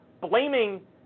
blaming